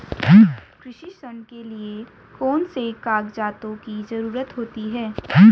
कृषि ऋण के लिऐ कौन से कागजातों की जरूरत होती है?